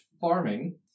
Farming